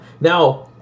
Now